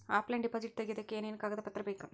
Offline deposit ತೆಗಿಯೋದಕ್ಕೆ ಏನೇನು ಕಾಗದ ಪತ್ರ ಬೇಕು?